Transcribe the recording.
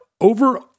over